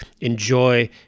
enjoy